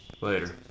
later